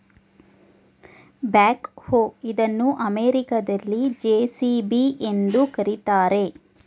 back ಹೋ ಇದನ್ನು ಅಮೆರಿಕದಲ್ಲಿ ಜೆ.ಸಿ.ಬಿ ಎಂದು ಕರಿತಾರೆ